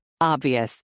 Obvious